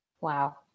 Wow